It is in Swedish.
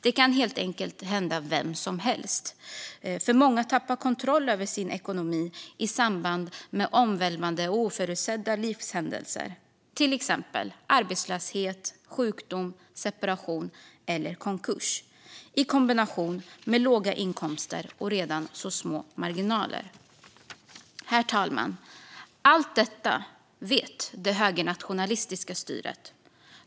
Detta kan hända vem som helst, för många tappar kontrollen över sin ekonomi i samband med oförutsedda och omvälvande och livshändelser, till exempel arbetslöshet, sjukdom, separation eller konkurs - detta i kombination med låga inkomster och redan små marginaler. Herr talman! Allt detta vet det högernationalistiska styret.